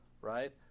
right